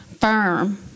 firm